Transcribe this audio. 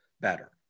better